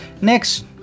Next